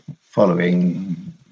following